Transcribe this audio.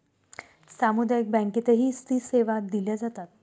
सामुदायिक बँकेतही सी सेवा दिल्या जातात